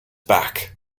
back